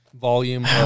volume